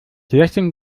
lessing